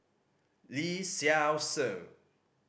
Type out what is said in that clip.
Lee Seow Ser